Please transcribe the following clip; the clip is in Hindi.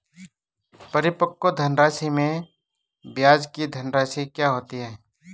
परिपक्व धनराशि में ब्याज की धनराशि क्या होती है?